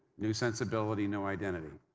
new sensibility, no identity.